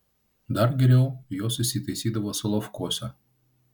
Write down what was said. dar geriau jos įsitaisydavo solovkuose